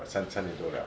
三三年多 liao